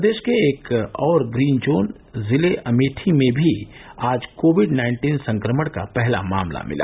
प्रदेश के एक और ग्रीन जोन जिले अमेठी में भी आज कोविड नाइन्टीन संक्रमण का पहला मामला मिला